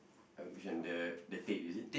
uh which one the the tape is it